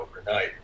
overnight